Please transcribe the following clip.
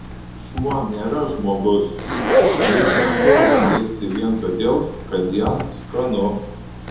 šuo nėra žmogus jis nepuola ėsti vien todėl kad jam skanu